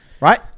right